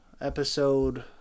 episode